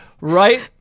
right